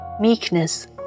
meekness